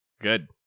Good